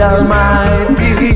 Almighty